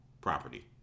property